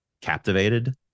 captivated